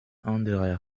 anderer